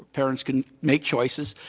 parents can make choices.